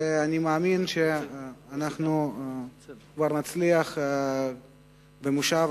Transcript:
ואני מאמין שאנחנו כבר נצליח במושב